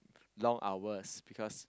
long hours because